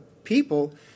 people